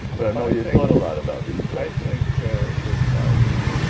but no, you've thought a lot about these questions. think if i were